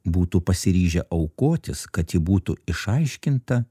būtų pasiryžę aukotis kad ji būtų išaiškinta